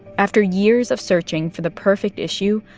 after years of searching for the perfect issue,